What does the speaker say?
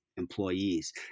employees